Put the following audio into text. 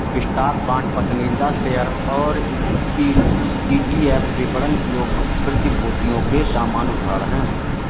stock, bond, पसंदीदा share और ETF विपणन योग्य प्रतिभूतियों के सामान्य उदाहरण हैं